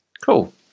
cool